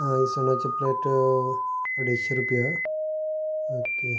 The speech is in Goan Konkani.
आ इसवणाची प्लेट अडेश्शी रुपया ओके